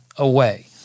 away